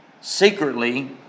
secretly